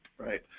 right